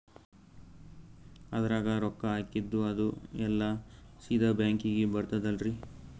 ಅದ್ರಗ ರೊಕ್ಕ ಹಾಕಿದ್ದು ಅದು ಎಲ್ಲಾ ಸೀದಾ ಬ್ಯಾಂಕಿಗಿ ಬರ್ತದಲ್ರಿ?